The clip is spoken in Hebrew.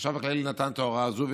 החשב הכללי נתן את ההוראה הזאת,